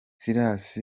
silas